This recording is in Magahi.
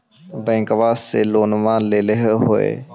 बैंकवा से लोनवा लेलहो हे?